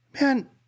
man